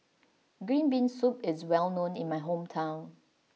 green bean soup is well known in my hometown